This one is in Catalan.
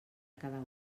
cada